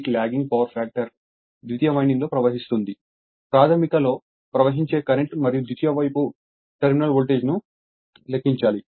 8 lagging power factor ద్వితీయ వైండింగ్లో ప్రవహిస్తుంది ప్రాధమిక లో ప్రవహించే కరెంటు మరియు ద్వితీయ వైపు టెర్మినల్ వోల్టేజ్ ను లెక్కించాలి